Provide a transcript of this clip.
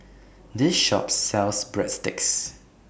This Shop sells Breadsticks